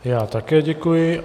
Já také děkuji.